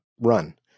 run